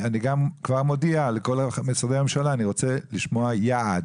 אני כבר מודיע לכל משרדי הממשלה: אני רוצה לשמוע יעד,